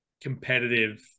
competitive